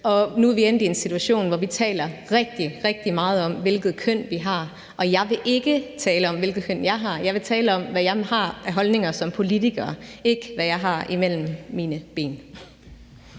Nu er vi endt i en situation, hvor vi taler rigtig, rigtig meget om, hvilket køn vi har. Og jeg vil ikke tale om, hvilket køn jeg har; jeg vil tale om, hvad jeg har af holdninger som politiker – ikke om, hvad jeg har imellem mine ben.